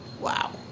Wow